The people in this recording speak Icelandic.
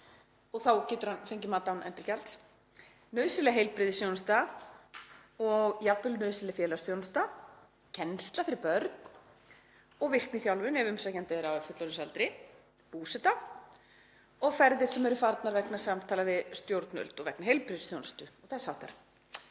dvelur getur hann fengið mat án endurgjalds, nauðsynlega heilbrigðisþjónustu og jafnvel nauðsynlega félagsþjónustu, kennslu fyrir börn, virkniþjálfun ef umsækjandi er á fullorðinsaldri, búsetu og ferðir sem eru farnar vegna samtala við stjórnvöld og vegna heilbrigðisþjónustu og þess háttar.